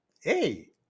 hey